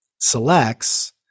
selects